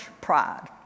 pride